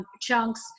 chunks